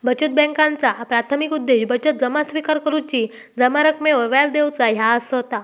बचत बॅन्कांचा प्राथमिक उद्देश बचत जमा स्विकार करुची, जमा रकमेवर व्याज देऊचा ह्या असता